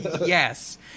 Yes